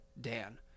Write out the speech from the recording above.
Dan